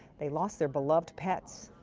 they lost their beloved pets.